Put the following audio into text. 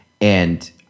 and-